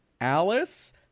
Alice